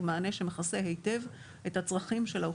מענה שמכסה היטב את הצרכים של האוכלוסייה.